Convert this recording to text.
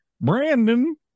Brandon